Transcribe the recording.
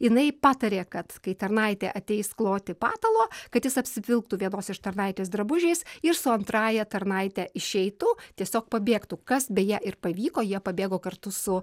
jinai patarė kad kai tarnaitė ateis kloti patalo kad jis apsivilktų vienos iš tarnaitės drabužiais ir su antrąja tarnaite išeitų tiesiog pabėgtų kas beje ir pavyko jie pabėgo kartu su